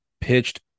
pitched